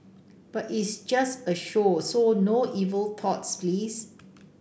but it's just a show so no evil thoughts please